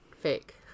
fake